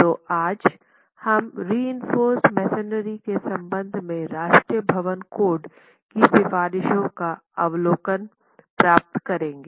तो हम आज रिइंफोर्स मेसनरी के संबंध में राष्ट्रीय भवन कोड की सिफारिशो का अवलोकन प्राप्त करेंगे